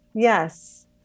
Yes